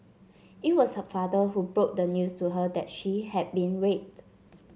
it was her father who broke the news to her that she had been raped